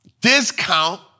Discount